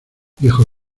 dijo